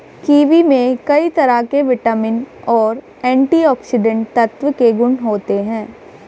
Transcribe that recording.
kiwi में कई तरह के विटामिन और एंटीऑक्सीडेंट तत्व के गुण होते है